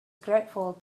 grateful